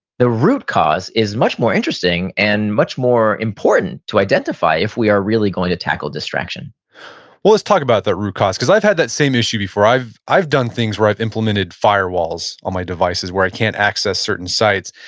the root cause is much more interesting, and much more important to identify if we are really going to tackle distraction well, let's talk about that root cause, because i've had that same issue before. i've i've done things where i've implemented firewalls on my devices where i can't access certain sites.